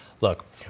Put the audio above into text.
Look